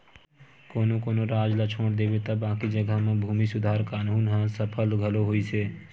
कोनो कोनो राज ल छोड़ देबे त बाकी जघा म भूमि सुधार कान्हून ह सफल घलो होइस हे